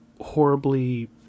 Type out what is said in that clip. horribly